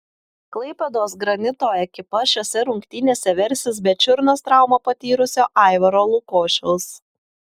klaipėdos granito ekipa šiose rungtynėse versis be čiurnos traumą patyrusio aivaro lukošiaus